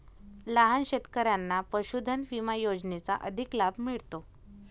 लहान शेतकऱ्यांना पशुधन विमा योजनेचा अधिक लाभ मिळतो